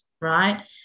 right